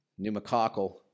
pneumococcal